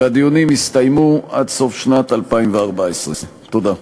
והדיונים יסתיימו עד סוף שנת 2014. תודה.